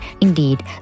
Indeed